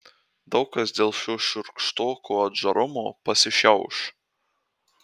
daug kas dėl šio šiurkštoko atžarumo pasišiauš